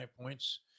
points